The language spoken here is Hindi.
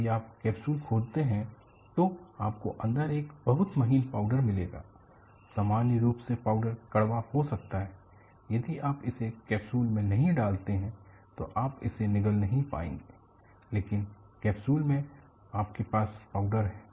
यदि आप कैप्सूल खोलते हैं तो आपको अंदर एक बहुत महीन पाउडर मिलेगा सामान्य रूप से पाउडर कड़वा हो सकता है यदि आप इसे कैप्सूल में नहीं डालते हैं तो आप इसे निगल नहीं पाएंगे लेकिन कैप्सूल में आपके पास पाउडर है